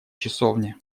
часовни